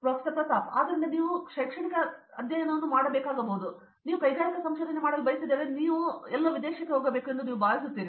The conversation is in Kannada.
ಪ್ರತಾಪ್ ಹರಿದಾಸ್ ಆದ್ದರಿಂದ ನೀವು ಎರಡೂ ಶೈಕ್ಷಣಿಕ ಅಧ್ಯಯನವನ್ನು ಮಾಡಬೇಕಾಗಬಹುದು ಅಥವಾ ನೀವು ಕೈಗಾರಿಕಾ ಸಂಶೋಧನೆ ಮಾಡಲು ಬಯಸಿದರೆ ನೀವು ಅದನ್ನು ಹೊರತೆಗೆಯಲು ಎಲ್ಲೋ ವಿದೇಶದಲ್ಲಿ ಹೋಗಬೇಕು ಎಂದು ನೀವು ಭಾವಿಸುತ್ತೀರಿ